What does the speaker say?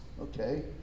Okay